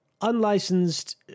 unlicensed